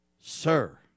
sir